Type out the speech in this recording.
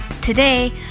Today